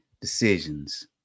decisions